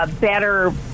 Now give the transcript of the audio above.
better